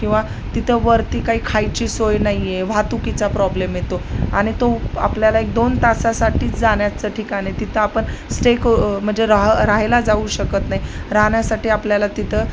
किंवा तिथं वरती काही खायची सोय नाहीये वाहतुकीचा प्रॉब्लेम येतो आणि तो आपल्याला एक दोन तासासाठी जाण्याचं ठिकान आहे तिथं आपण स्टे करु म्हणजे राह राहायला जाऊ शकत नाही राहण्यासाठी आपल्याला तिथं